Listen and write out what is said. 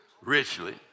Richly